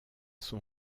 son